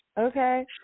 Okay